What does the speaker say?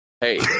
Hey